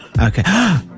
Okay